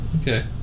Okay